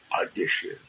audition